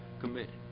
committed